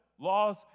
Laws